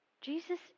Jesus